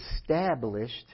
established